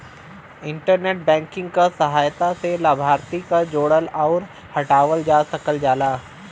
internet banking क सहायता से लाभार्थी क जोड़ल आउर हटावल जा सकल जाला